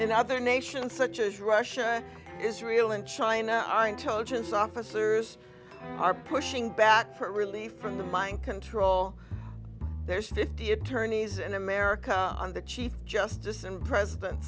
in other nations such as russia israel and china our intelligence officers are pushing back for relief from the mind control there's fifty attorneys in america on the chief justice and president